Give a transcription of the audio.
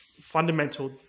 fundamental